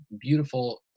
beautiful